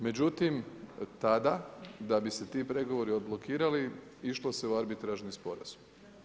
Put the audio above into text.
Međutim tad da ti se ti pregovori odblokirali išlo se u arbitražni sporazum.